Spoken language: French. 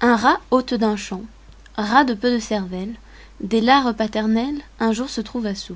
un rat hôte d'un champ rat de peu de cervelle des lares paternels un jour se trouva soûl